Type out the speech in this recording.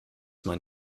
man